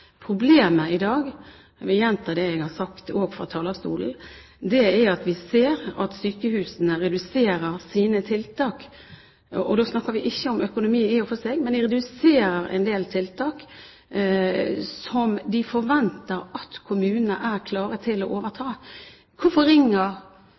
Problemet i dag – jeg vil gjenta det jeg har sagt også fra talerstolen – er at vi ser at sykehusene reduserer sine tiltak. Da snakker vi ikke om økonomi i og for seg, men de reduserer en del tiltak som de forventer at kommunene er klare til å overta.